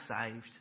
saved